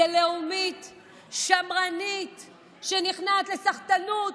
זו לאומית שמרנית שנכנעת לסחטנות,